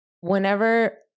whenever